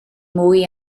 mwy